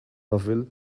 novel